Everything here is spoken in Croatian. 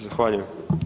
Zahvaljujem.